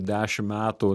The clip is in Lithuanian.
dešim metų